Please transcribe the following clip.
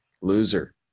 Loser